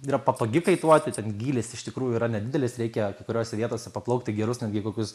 yra patogi kaituoti ten gylis iš tikrųjų yra nedidelis reikia kai kuriose vietose paplaukti gerus netgi kokius